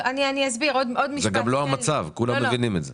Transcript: זה גם לא המצב, כולם מבינים את זה.